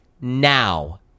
now